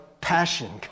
passion